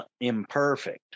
imperfect